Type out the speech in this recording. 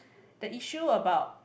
the issue about